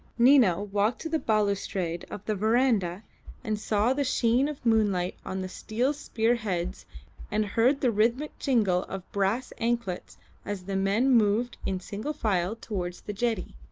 nina walked to the balustrade of the verandah and saw the sheen of moonlight on the steel spear-heads and heard the rhythmic jingle of brass anklets as the men moved in single file towards the jetty.